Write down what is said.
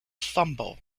fumble